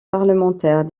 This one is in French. parlementaire